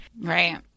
right